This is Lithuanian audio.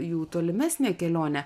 jų tolimesnė kelionė